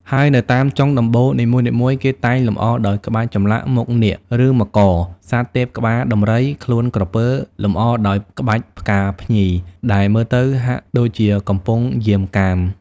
ហើយនៅតាមចុងដំបូលនីមួយៗ គេតែងលម្អដោយក្បាច់ចម្លាក់មុខនាគ ឬមករ (សត្វទេពក្បាលដំរី ខ្លួនក្រពើ លម្អដោយក្បាច់ផ្កាភ្ញី) ដែលមើលទៅហាក់ដូចជាកំពុងយាមកាម។